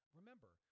Remember